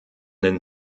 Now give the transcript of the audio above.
den